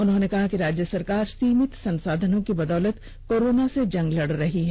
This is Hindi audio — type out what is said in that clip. उन्होंने कहा कि राज्य सरकार सीमित संसाधनों की बदौलत कोरोना से जंग लड़ रही है